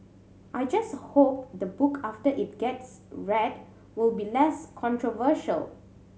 I just hope the book after it gets read will be less controversial